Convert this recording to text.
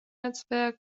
netzwerk